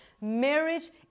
Marriage